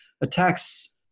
attacks